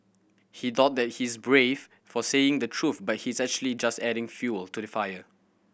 he thought that he's brave for saying the truth but he's actually just adding fuel to the fire